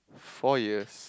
four years